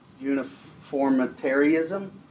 Uniformitarianism